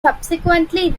subsequently